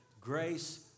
Grace